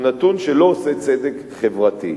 הוא נתון שלא עושה צדק חברתי.